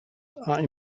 are